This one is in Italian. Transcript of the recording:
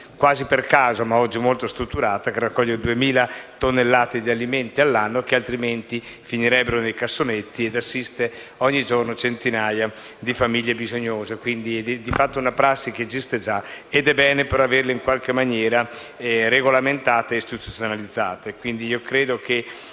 quasi per caso e oggi molto strutturata, che raccoglie 2.000 tonnellate di alimenti all'anno, che altrimenti finirebbero nei cassonetti, e assiste ogni giorno centinaia di famiglie bisognose. Quindi, si tratta, di fatto, di una prassi che esiste già ed è bene averla in qualche maniera regolamentata e istituzionalizzata.